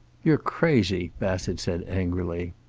you're crazy, bassett said angrily.